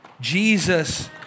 Jesus